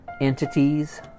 entities